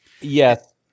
Yes